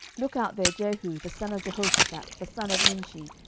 look out there jehu the son of jehoshaphat the son of nimshi,